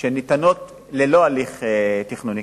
שניתנות ללא הליך תכנוני.